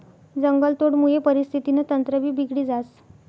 जंगलतोडमुये परिस्थितीनं तंत्रभी बिगडी जास